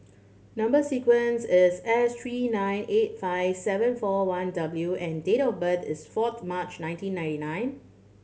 number sequence is S three nine eight five seven four one W and date of birth is four March nineteen ninety nine